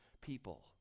people